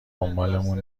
دنبالمون